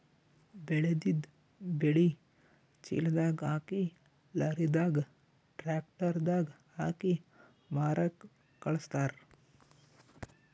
ಬೆಳೆದಿದ್ದ್ ಬೆಳಿ ಚೀಲದಾಗ್ ಹಾಕಿ ಲಾರಿದಾಗ್ ಟ್ರ್ಯಾಕ್ಟರ್ ದಾಗ್ ಹಾಕಿ ಮಾರಕ್ಕ್ ಖಳಸ್ತಾರ್